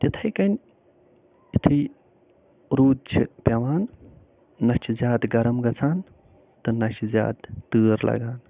تِتھَے کٔنۍ یُتھٕے روٗد چھِ پٮ۪وان نَہ چھِ زیادٕ گرم گَژھان تہٕ نَہ چھِ زیادٕ تۭر لَگان